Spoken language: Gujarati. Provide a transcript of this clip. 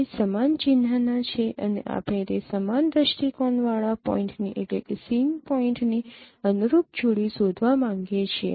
તે સમાન ચિન્હના છે અને આપણે તે સમાન દ્રષ્ટિકોણવાળા પોઇન્ટની અનુરૂપ જોડી શોધવા માંગીએ છીએ